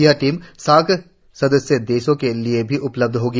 यह team SAARC सदस्य देशों केलिए भी उपलब्ध होगी